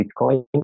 Bitcoin